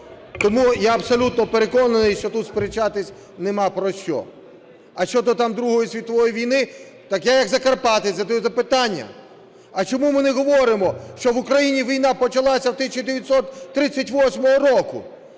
Тому я абсолютно переконаний, що тут сперечатися немає про що. А щодо там Другої світової війни. Так я як закарпатець задаю запитання: а чому ми не говоримо, що в Україні війна почалася в 1938 року